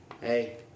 hey